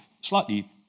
slightly